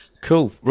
Cool